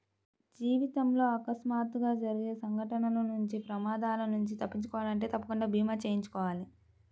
జీవితంలో అకస్మాత్తుగా జరిగే సంఘటనల నుంచి ప్రమాదాల నుంచి తప్పించుకోవాలంటే తప్పకుండా భీమా చేయించుకోవాలి